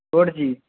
four جی